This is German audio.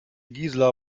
gisela